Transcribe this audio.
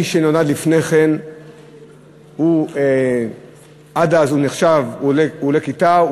מי שנולד לפני כן, עד אז הוא נחשב, הוא עולה כיתה.